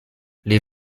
les